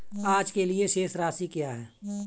आज के लिए शेष राशि क्या है?